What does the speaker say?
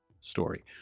story